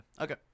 Okay